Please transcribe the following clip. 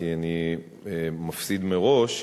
כי אני מפסיד מראש,